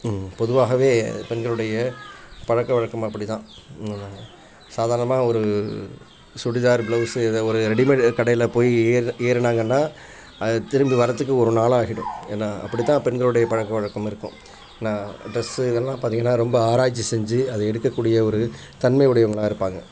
பொதுவாகவே பெண்களுடைய பழக்கவழக்கம் அப்படி தான் சாதாரணமாக ஒரு சுடிதார் ப்ளவுஸு ஏதோ ஒரு ரெடிமேடு கடையில் போய் ஏறுனாங்கன்னால் அதை திரும்பி வர்றதுக்கு ஒரு நாள் ஆகிடும் ஏன்னா அப்படித்தான் பெண்களுடைய பழக்கவழக்கம் இருக்கும் ஏன்னா ட்ரெஸ்ஸு இதல்லாம் பார்த்திங்கனா ரொம்ப ஆராய்ச்சி செஞ்சு அதை எடுக்கக்கூடிய ஒரு தன்மை உடையவங்களாக இருப்பாங்கள்